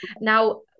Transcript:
Now